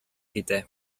китә